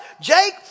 Jake